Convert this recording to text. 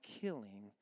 killing